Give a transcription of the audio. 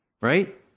right